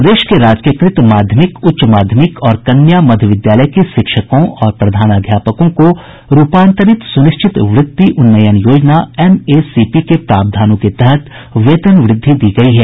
प्रदेश के राजकीयकृत माध्यमिक उच्च माध्यमिक और कन्या मध्य विद्यालय के शिक्षकों और प्रधानाध्यापकों को रूपांतरित सुनिश्चित वृति उन्नयन योजना एम ए सी पी के प्रावधानों के तहत वेतन वृद्धि दी गयी है